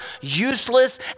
useless